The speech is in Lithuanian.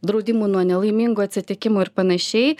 draudimų nuo nelaimingų atsitikimų ir panašiai